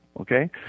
Okay